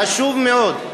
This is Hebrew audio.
חשוב מאוד,